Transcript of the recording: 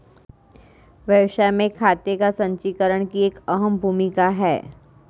व्यवसाय में खाते का संचीकरण की एक अहम भूमिका है